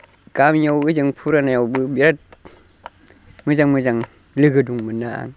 गामियाव हजों फुरानायावबो बिराद मोजां मोजां लोगो दंमोन